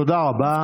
תודה רבה.